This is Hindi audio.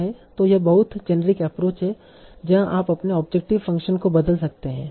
तो यह बहुत जेनेरिक एप्रोच है जहां आप अपने ऑब्जेक्टिव फंक्शन को बदल सकते हैं